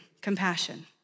compassion